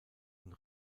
und